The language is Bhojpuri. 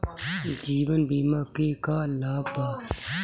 जीवन बीमा के का लाभ बा?